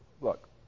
Look